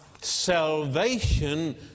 salvation